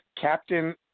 Captain